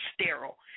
sterile